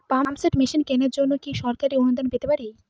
Pump set machine কেনার জন্য কি সরকারি অনুদান পেতে পারি?